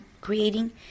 creating